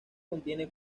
contiene